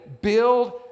build